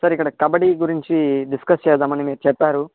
sir ఇక్కడ కబడీ గురించి discuss చేద్దాం అని మీరు చెప్పారు